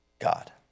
God